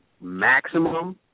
maximum